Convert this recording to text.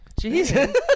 Jesus